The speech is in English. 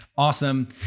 awesome